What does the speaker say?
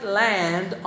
land